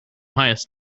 highest